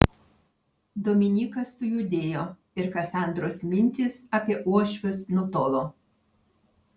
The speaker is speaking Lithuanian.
dominykas sujudėjo ir kasandros mintys apie uošvius nutolo